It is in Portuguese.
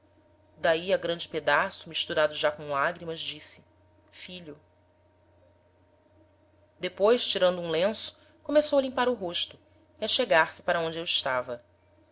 d'ahi a grande pedaço misturado já com lágrimas disse filho depois tirando um lenço começou a limpar o rosto e a chegar-se para onde eu estava